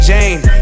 Jane